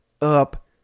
up